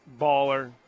baller